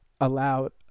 Allowed